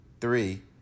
Three